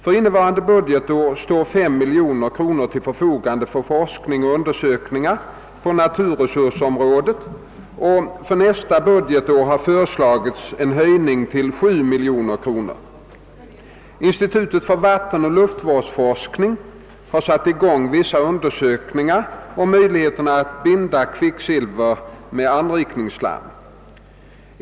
För innevarande budgetår står 5 miljoner kronor till förfogande för forskning och undersökningar på naturresursområdet och för nästa budgetår har föreslagits en höjning till 7 miljoner kronor. -: Institutet för vattenoch luftvårdsforskning har satt i gång vissa undersökningar om möjligheterna att binda kvicksilver med anrikningsslam.